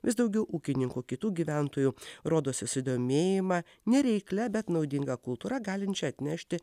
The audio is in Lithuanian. vis daugiau ūkininkų kitų gyventojų rodo susidomėjimą nereiklia bet naudinga kultūra galinčia atnešti